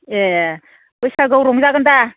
ए बैसागुआव रंजागोन दा